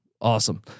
Awesome